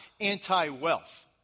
anti-wealth